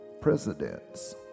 presidents